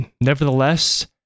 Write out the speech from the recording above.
Nevertheless